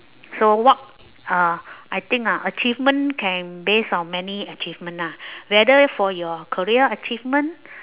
so what uh I think ah achievement can based on many achievement ah whether for your career achievement